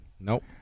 Nope